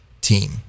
team